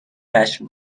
جشن